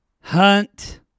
Hunt